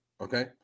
okay